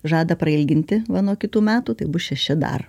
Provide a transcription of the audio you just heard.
žada prailginti va nuo kitų metų tai bus šeši dar